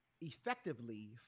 effectively